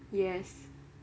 yes